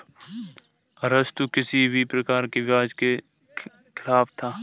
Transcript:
अरस्तु किसी भी प्रकार के ब्याज के खिलाफ था